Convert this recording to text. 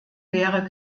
wäre